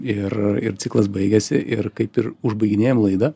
ir ir ciklas baigiasi ir kaip ir užbaiginėjam laidą